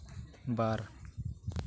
ᱵᱟᱨ